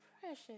precious